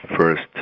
first